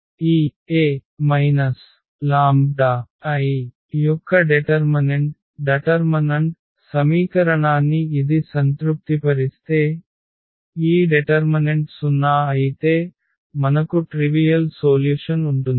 ఈ A λI యొక్క determinant సమీకరణాన్ని ఇది సంతృప్తిపరిస్తే ఈ డెటర్మనెంట్ 0 అయితే మనకు ట్రివియల్ సోల్యుషన్ ఉంటుంది